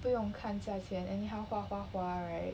不用看价钱 anyhow 花花花 right